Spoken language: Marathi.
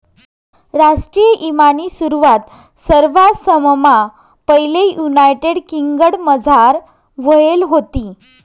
राष्ट्रीय ईमानी सुरवात सरवाससममा पैले युनायटेड किंगडमझार व्हयेल व्हती